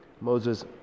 Moses